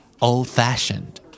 Old-fashioned